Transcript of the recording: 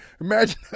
imagine